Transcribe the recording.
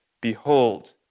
Behold